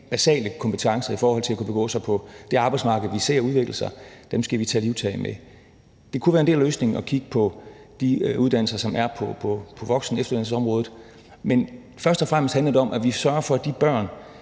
basale kompetencer i forhold til at kunne begå sig på det arbejdsmarked, som vi ser udvikle sig. Det kunne være en del af løsningen at kigge på de uddannelser, der er på voksen- og efteruddannelsesområdet. Men først og fremmest handler det om, at vi sørger for, at de børn,